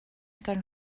kan